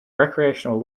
recreational